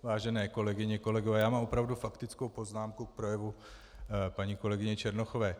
Vážené kolegyně a kolegové, já mám opravdu faktickou poznámku k projevu paní kolegyně Černochové.